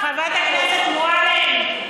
חברת הכנסת מועלם,